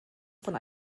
von